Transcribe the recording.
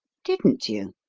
didn't you?